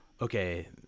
okay